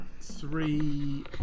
three